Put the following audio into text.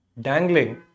dangling